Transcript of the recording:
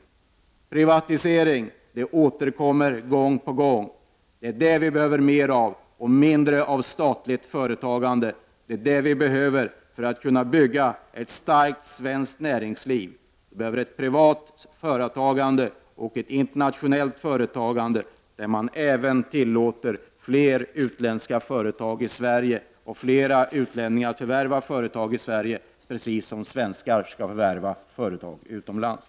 Ordet privatisering återkommer gång på gång — det är en sådan som vi behöver mer av, men mindre av statligt företagande. Vi behöver privatisering för att kunna bygga ett starkt svenskt näringsliv. Vi behöver ett privat företagande och ett internationellt företagande som tillåter att fler utländska företag kommer till Sverige och att flera utlänningar får förvärva företag i Sverige, på samma sätt som svenskar skall ha möjlighet att förvärva företag utomlands.